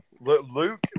Luke